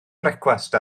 brecwast